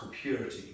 purity